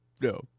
No